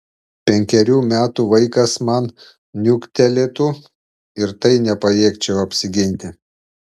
penkerių metų vaikas man niuktelėtų ir tai nepajėgčiau apsiginti